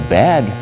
bad